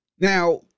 Now